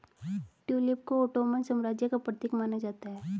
tulip को Ottoman साम्राज्य का प्रतीक माना जाता है